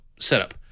setup